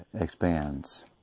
expands